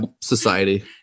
society